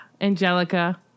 Angelica